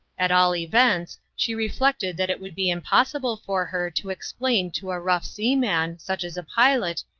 at all events, she reflected that it would be impossible for her to explain to a rough seaman, such as a pilot,